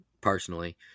personally